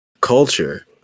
culture